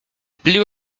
blew